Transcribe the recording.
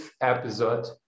episode